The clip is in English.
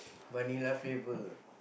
vanilla flavour